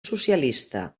socialista